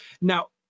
Now